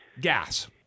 Gas